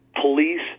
Police